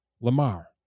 Lamar